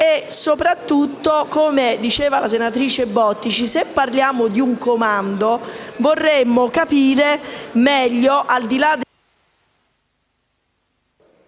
e soprattutto, come ha detto la senatrice Bottici, se parliamo di un comando, vorremmo capire meglio al di là...